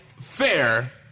fair